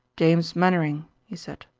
james mainwaring, he said,